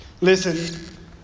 Listen